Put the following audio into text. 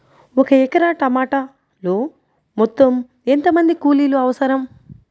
ఒక ఎకరా టమాటలో మొత్తం ఎంత మంది కూలీలు అవసరం?